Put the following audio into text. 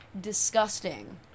disgusting